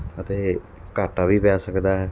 ਅਤੇ ਘਾਟਾ ਵੀ ਪੈ ਸਕਦਾ ਹੈ